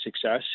success